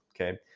okay